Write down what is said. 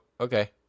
okay